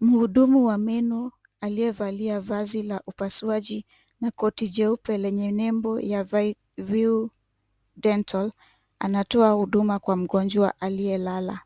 Mhudumu wa meno aliyevalia vazi la upasuaji na koti jeupe lenye nembo ya View Dental anatoa huduma kwa mgonjwa aliyelala.